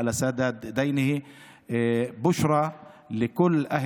הכרחי, כלכלי,